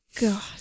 God